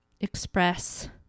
express